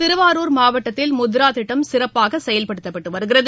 திருவாரூர் மாவட்டத்தில் முத்ரா திட்டம் சிறப்பாக செயல்படுத்தப்பட்டு வருகிறது